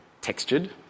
textured